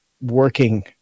working